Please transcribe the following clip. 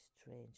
strange